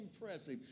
impressive